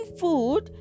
food